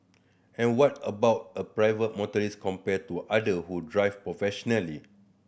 and what about a private motorist compared to other who drive professionally